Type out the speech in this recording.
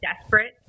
desperate